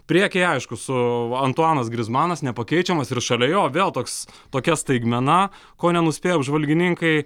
priekyje aišku su antuanas grizmanas nepakeičiamas ir šalia jo vėl toks tokia staigmena ko nenuspėjo apžvalgininkai